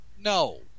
No